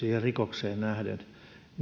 määrätty siihen rikokseen nähden